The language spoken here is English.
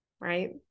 right